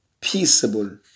peaceable